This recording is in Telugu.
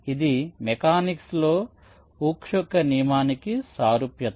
ఇది మెకానిక్స్ లో హుక్ యొక్క నియమానికి సారూప్యత